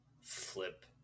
Flip